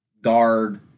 guard